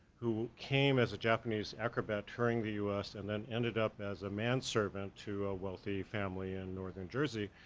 who came as a japanese acrobat touring the us, and then ended up as a manservant to a wealthy family in northern jersey.